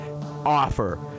offer